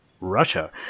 Russia